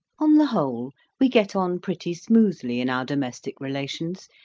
on the whole we get on pretty smoothly in our domestic relations,